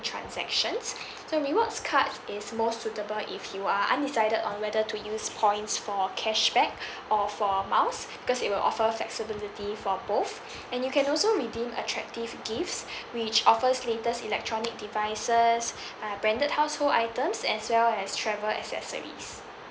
transactions so rewards card is more suitable if you are undecided on whether to use points for cashback or for miles because it will offer flexibility for both and you can also redeem attractive gifts which offers latest electronic devices uh branded household items as well as travel accessories